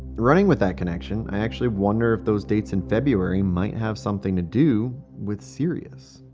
running with that connection, i actually wonder if those dates in february might have something to do with sirius.